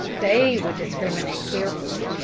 they would discriminate carefully,